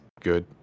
good